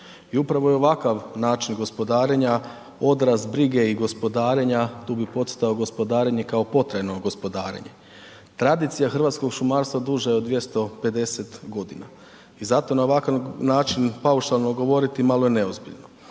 I upravo je ovakav način gospodarenja odraz brige i gospodarenja, tu bi podcrtao gospodarenje kao potajno gospodarenje. Tradicija hrvatskog šumarstva duža je od 250 g. i zato na ovakav način paušalno govoriti, malo je neozbiljno.